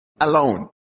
alone